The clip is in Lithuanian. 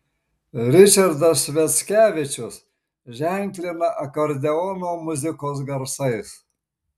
ričardas sviackevičius ženklina akordeono muzikos garsais